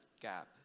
gap